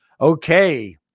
okay